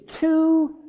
two